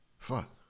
Fuck